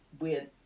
weird